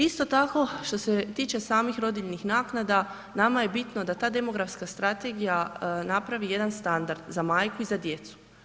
Isto tako što se tiče samih rodiljnih naknada, nama je bitno da ta demografska strategija napravi jedan standard za majku i za djecu.